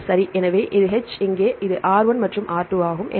எனவே இது H இங்கே இது R1 இது R2 ஆகும்